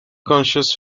conscious